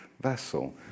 vessel